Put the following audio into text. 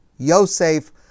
Yosef